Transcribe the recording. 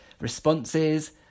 responses